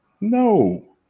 No